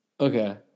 Okay